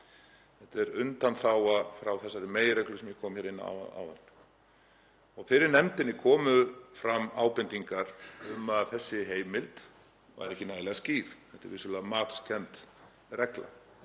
Þetta er undanþága frá þeirri meginreglu sem ég kom inn á áðan. Fyrir nefndinni komu fram ábendingar um að umrædd heimild væri ekki nægilega skýr, þetta er vissulega matskennd regla,